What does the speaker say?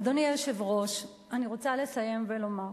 אדוני היושב-ראש, אני רוצה לסיים ולומר: